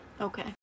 Okay